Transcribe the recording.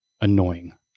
annoying